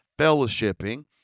fellowshipping